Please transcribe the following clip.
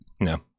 No